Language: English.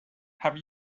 have